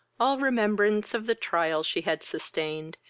all remembrance of the trials she had sustained,